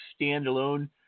standalone